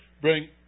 Bring